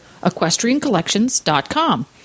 EquestrianCollections.com